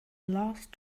last